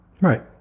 right